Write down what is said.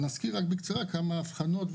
נזכיר בקצרה כמה הבחנות.